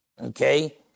okay